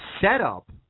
setup